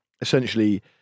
essentially